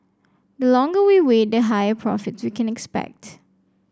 the longer we wait the higher profits we can expect